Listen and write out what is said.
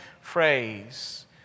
phrase